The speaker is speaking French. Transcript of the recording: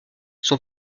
son